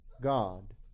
God